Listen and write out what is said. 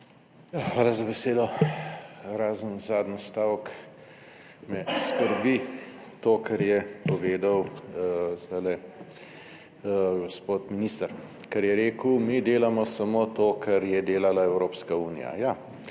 Hvala za besedo. Razen zadnji stavek, me skrbi to, kar je povedal zdajle gospod minister, ker je rekel, mi delamo samo to, kar je delala Evropska unija.